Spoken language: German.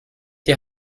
die